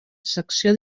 secció